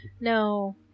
No